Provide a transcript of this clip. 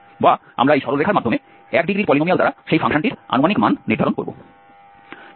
বা আমরা এই সরল রেখার মাধ্যমে 1 ডিগ্রির পলিনোমিয়াল দ্বারা সেই ফাংশনটির আনুমানিক মান নির্ধারণ করব